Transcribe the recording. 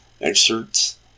excerpts